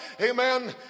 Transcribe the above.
Amen